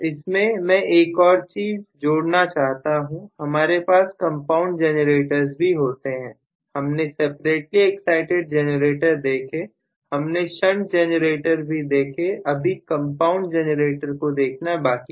इसमें मैं एक और चीज जोड़ना चाहता हूं हमारे पास कंपाउंड जेनरेटर्स भी होते हैं हमने सेपरेटली एक्साइटिड जनरेटर देखें हमने शंट जेनरेटर भी देखें अभी कंपाउंड जनरेटर को देखना बाकी है